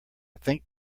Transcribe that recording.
think